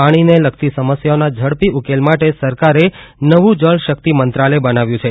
પાણીને લગતી સમસ્યાઓના ઝડપી ઉકેલ માટે સરકારે નવું જળશક્તિ મંત્રાલય બનાવ્યું છે